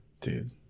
dude